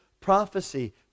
prophecy